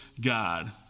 God